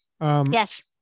Yes